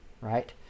right